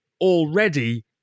already